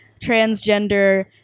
transgender